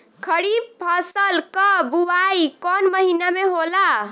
खरीफ फसल क बुवाई कौन महीना में होला?